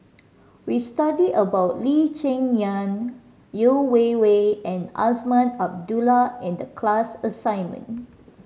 we studied about Lee Cheng Yan Yeo Wei Wei and Azman Abdullah in the class assignment